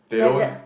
they don't